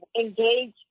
engage